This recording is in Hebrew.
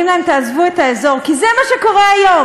ולהגיד להם "תעזבו את האזור" כי זה מה שקורה היום,